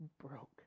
broke